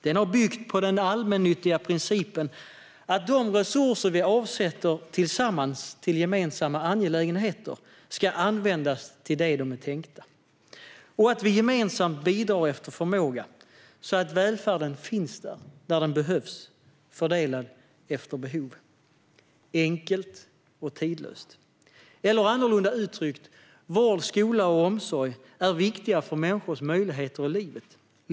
Den har byggt på den allmännyttiga principen att de resurser vi avsätter tillsammans till gemensamma angelägenheter ska användas till det de är tänkta för och att vi gemensamt bidrar efter förmåga så att välfärden finns där när den behövs, fördelad efter behov. Det är enkelt och tidlöst. Eller annorlunda uttryckt: Vård, skola och omsorg är viktiga för människors möjligheter i livet.